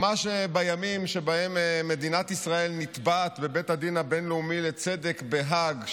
ממש בימים שבהם מדינת ישראל נתבעת בבית הדין הבין-לאומי לצדק בהאג,